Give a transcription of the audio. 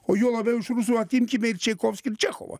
o juo labiau iš rusų atimkim ir čaikovskį ir čechovą